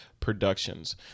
productions